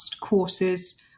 courses